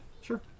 Sure